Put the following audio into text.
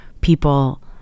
people